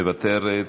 מוותרת,